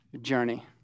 journey